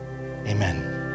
Amen